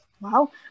wow